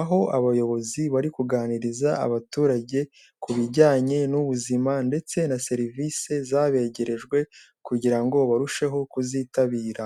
aho abayobozi bari kuganiriza abaturage, ku bijyanye n'ubuzima ndetse na serivisi zabegerejwe kugira ngo barusheho kuzitabira.